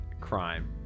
crime